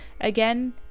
Again